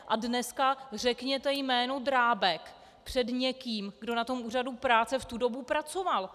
A dneska řekněte jméno Drábek před někým, kdo na tom úřadu práce v tu dobu pracoval.